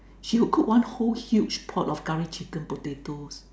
she would cook one whole huge pot of Curry Chicken potatoes